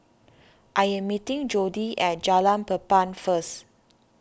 I am meeting Jordy at Jalan Papan first